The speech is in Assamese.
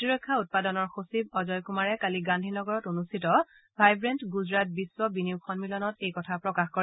প্ৰতিৰক্ষা উৎপাদনৰ সচিব অজয় কুমাৰে কালি গান্ধী নগৰত অনুষ্ঠিত ভাইৱাণ্ট ণুজৰাট বিশ্ব বিনিয়োগ সন্মিলনত এই কথা প্ৰকাশ কৰে